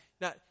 Now